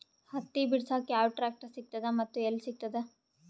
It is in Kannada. ಹತ್ತಿ ಬಿಡಸಕ್ ಯಾವ ಟ್ರಾಕ್ಟರ್ ಸಿಗತದ ಮತ್ತು ಎಲ್ಲಿ ಸಿಗತದ?